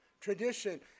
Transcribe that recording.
Tradition